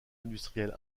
industriel